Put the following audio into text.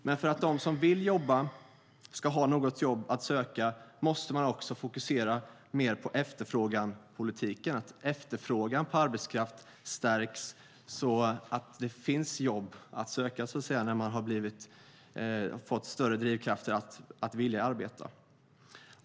Men för att de som vill jobba ska ha något jobb att söka måste man också fokusera mer på efterfrågan. Det handlar om att efterfrågan på arbetskraft stärks så att det finns jobb att söka, så att säga, när man har fått större drivkraft att vilja arbeta.